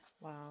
Wow